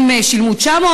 אם היו משלמים 900,